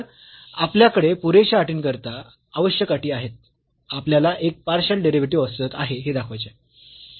तर आपल्याकडे पुरेशा अटींकरिता आवश्यक अटी आहेत आपल्याला एक पार्शियल डेरिव्हेटिव्ह अस्तित्वात आहे हे दाखवायचे आहे